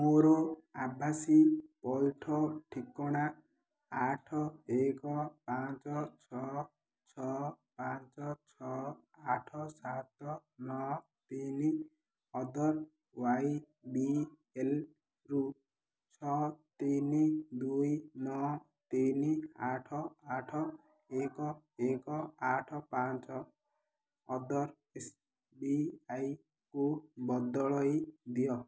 ମୋର ଆଭାସୀ ପଇଠ ଠିକଣା ଆଠ ଏକ ପାଞ୍ଚ ଛଅ ଛଅ ପାଞ୍ଚ ଛଅ ଆଠ ସାତ ନଅ ତିନି ଅଦର୍ ୱାଇବିଏଲ୍ରୁ ଛଅ ତିନି ଦୁଇ ନଅ ତିନି ଆଠ ଆଠ ଏକ ଏକ ଆଠ ପାଞ୍ଚ ଅଦର୍ ଏସ୍ବିଆଇକୁ ବଦଳାଇ ଦିଅ